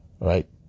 Right